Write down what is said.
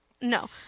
No